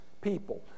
people